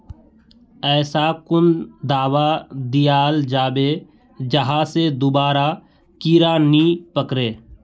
ऐसा कुन दाबा दियाल जाबे जहा से दोबारा कीड़ा नी पकड़े?